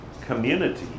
community